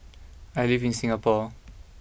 I live in Singapore